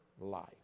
life